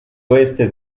oeste